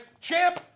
Champ